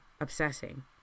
obsessing